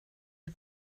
you